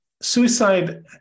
Suicide